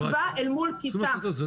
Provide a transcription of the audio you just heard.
שכבה אל מול כיתה.